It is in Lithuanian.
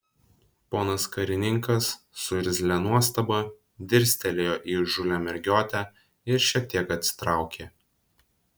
ponas karininkas su irzlia nuostaba dirstelėjo į įžūlią mergiotę ir šiek tiek atsitraukė